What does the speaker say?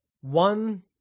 One